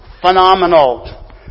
phenomenal